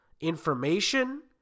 information